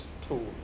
tool